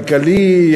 כלכלי,